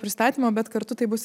pristatymo bet kartu tai bus